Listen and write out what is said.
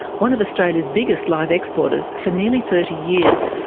one of australia's biggest live exporters, for nearly thirty years.